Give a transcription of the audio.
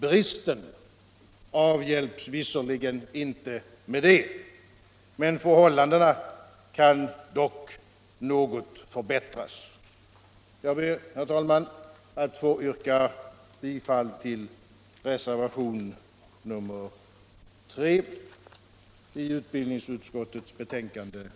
Bristen avhjälps visserligen inte med det, men förhållandena kan dock något förbättras. Jag ber, herr talman, att få yrka bifall till reservationen 2 vid utbildningsutskottets betänkande nr 10.